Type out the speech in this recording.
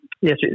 yes